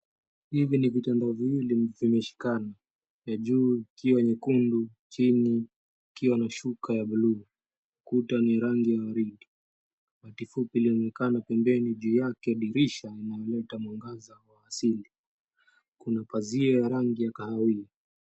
Hivi ni vitanda viwili vimeshikana, ya juu ikiwa nyekundu, chini ikiwa na shuka ya buluu. Kuta ni rangi ya waridi. Kuna kifupi iliyoonekana pembeni dirisha inaleta mwanga wa asili. Kuna pazia ya rangi ya waridi.